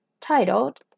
titled